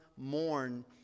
Mourn